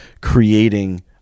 creating